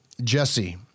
Jesse